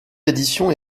d’édition